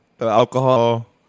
alcohol